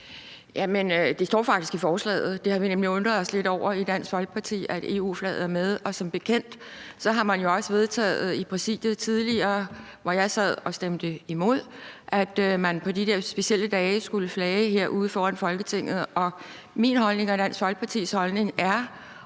det står faktisk i forslaget. Vi har nemlig undret os lidt over i Dansk Folkeparti, at EU-flaget er med. Som bekendt har man jo også tidligere vedtaget i Præsidiet, mens jeg sad der, og hvor jeg stemte imod, at man på de der specielle dage skulle flage med det herude foran Folketinget. Min holdning og Dansk Folkepartis holdning har